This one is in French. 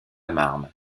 marne